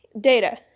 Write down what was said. data